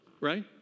right